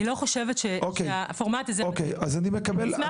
אני לא חושבת שהפורמט הזה מתאים --- אוקיי,